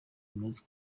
imaze